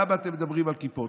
למה אתם מדברים על כיפות,